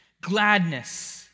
Gladness